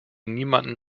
niemand